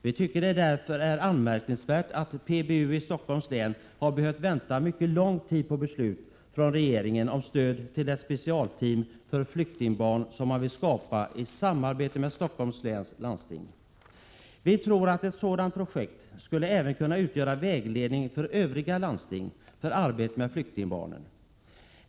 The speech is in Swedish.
Det är därför anmärkningsvärt att PBU i Stockholms län har behövt vänta mycket lång tid på beslut från regeringen om stöd till det specialteam för flyktingbarn som man vill skapa i samarbete med Stockholms läns landsting. Vi tror att ett sådant projekt även skulle kunna utgöra vägledning för övriga landsting när det gäller arbetet med flyktingbarnen.